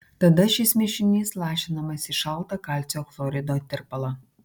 tada šis mišinys lašinamas į šaltą kalcio chlorido tirpalą